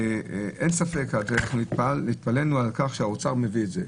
אין ספק והתפלאנו על כך שהאוצר מביא את זה.